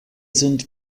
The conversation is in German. sind